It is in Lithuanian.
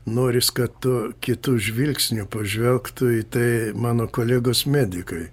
noris kad tu kitu žvilgsniu pažvelgtų į tai mano kolegos medikai